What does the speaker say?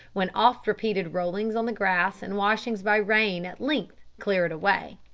when oft-repeated rollings on the grass and washings by rain at length clear it away.